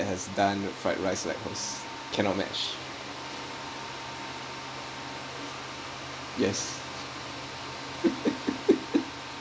has done the fried rice like hers cannot match yes